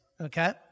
okay